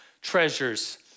treasures